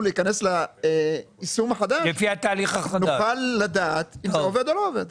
להיכנס ליישום החדש ונוכל לדעת אם זה עובד או לא עובד.